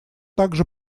также